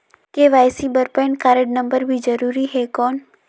KYC बर PAN card number भी जरूरी हे कौन?